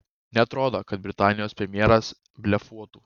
neatrodo kad britanijos premjeras blefuotų